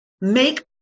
make